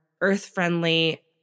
earth-friendly